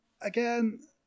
again